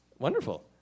Wonderful